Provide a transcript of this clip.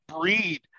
breed